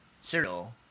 cereal